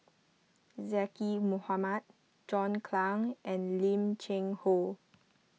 Zaqy Mohamad John Clang and Lim Cheng Hoe